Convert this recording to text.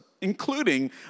including